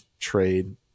trade